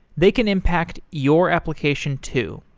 they can impact your application too.